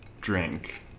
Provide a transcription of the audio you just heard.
drink